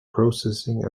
processing